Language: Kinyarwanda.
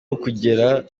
ukugera